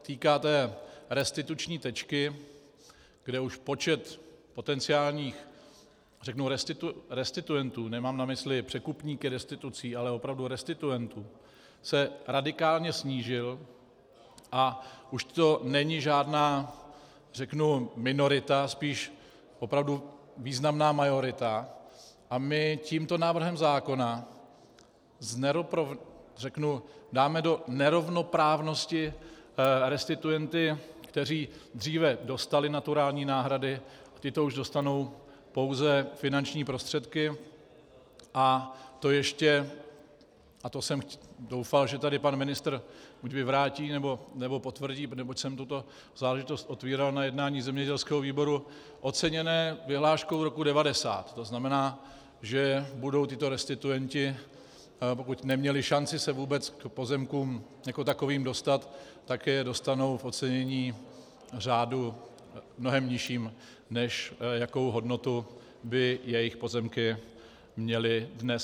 Týká se té restituční tečky, kde už počet potenciálních restituentů, nemám na mysli překupníky restitucí, ale opravdu restituentů, se radikálně snížil a už to není žádná minorita, spíš opravdu významná majorita, a my tímto návrhem zákona dáme do nerovnoprávnosti restituenty, kteří dříve dostali naturální náhrady, teď už dostanou pouze finanční prostředky a to jsem doufal, že tady pan ministr buď vyvrátí, nebo potvrdí, neboť jsem tuto záležitost otevíral na jednání zemědělského výboru oceněné vyhláškou roku 90, tzn. že budou tito restituenti, pokud neměli šanci se vůbec k pozemkům jako takovým dostat, tak je dostanou v ocenění v řádu mnohem nižším, než jakou hodnotu by jejich pozemky měly dnes.